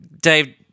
Dave